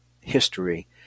history